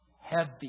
heavy